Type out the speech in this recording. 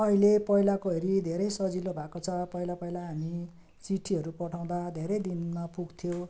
अहिले पहिलाको हेरी धेरै सजिलो भएको छ पहिला पहिला हामी चिट्ठीहरू पठाउँदा धेरै दिनमा पुग्थ्यो